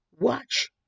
watch